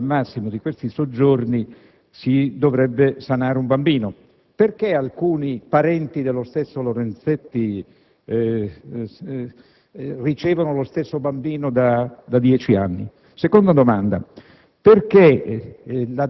Con due o al massimo tre di questi soggiorni si dovrebbe sanare un bambino. Perché, dunque, alcuni parenti dello stesso Lorenzetti ospitano lo stesso bambino da dieci anni? Perché la durata